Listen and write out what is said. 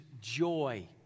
joy